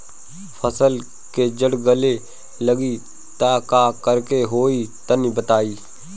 फसल के जड़ गले लागि त का करेके होई तनि बताई?